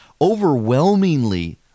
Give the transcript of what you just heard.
overwhelmingly